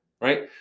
right